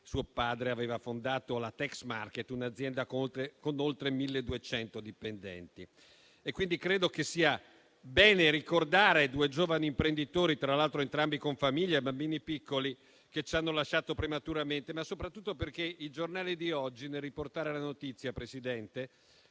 (suo padre aveva fondato la Texmarket, un'azienda con oltre 1.200 dipendenti). Credo quindi che sia un bene ricordare due giovani imprenditori, tra l'altro entrambi con famiglia e bambini piccoli, che ci hanno lasciato prematuramente, soprattutto perché i giornali di oggi, nel riportare la notizia, Presidente,